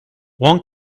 one